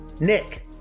Nick